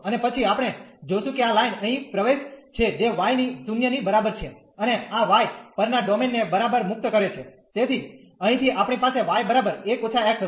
અને પછી આપણે જોશું કે આ લાઈન અહીં પ્રવેશે છે જે y ની 0 ની બરાબર છે અને આ y પરના ડોમેન ને બરાબર મુક્ત કરે છે તેથી અહીંથી આપણી પાસે y બરાબર 1 − x હશે